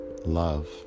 Love